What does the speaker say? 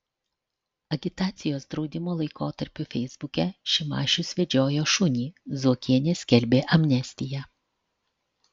agitacijos draudimo laikotarpiu feisbuke šimašius vedžiojo šunį zuokienė skelbė amnestiją